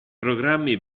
programmi